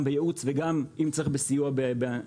גם בייעוץ ואם צריך גם בסיוע באנליזות.